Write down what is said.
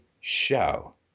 show